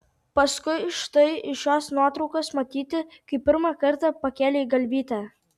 paskui štai iš šios nuotraukos matyti kai pirmą kartą pakėlei galvytę